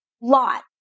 lot